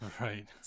Right